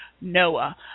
Noah